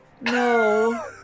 No